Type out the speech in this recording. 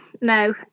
no